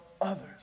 others